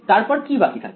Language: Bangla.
তারপর কি বাকি থাকে